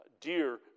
dear